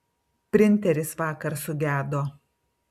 printeris vakar sugedo